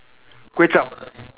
kway-zhap